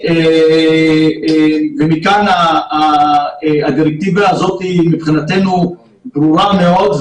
ומכאן הדירקטיבה הזאת מבחינתנו ברורה מאוד.